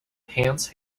pants